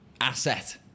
asset